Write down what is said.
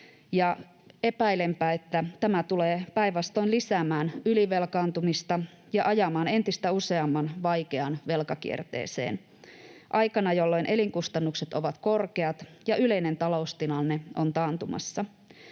Epäilenpä, että tämä tulee päinvastoin lisäämään ylivelkaantumista ja ajamaan entistä useamman vaikeaan velkakierteeseen aikana, jolloin elinkustannukset ovat korkeat ja yleinen taloustilanne on taantumassa.